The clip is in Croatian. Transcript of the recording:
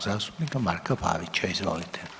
zastupnika Marka Pavića, izvolite.